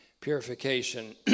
purification